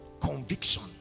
Conviction